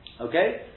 Okay